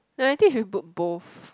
no I think you should put both